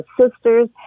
sisters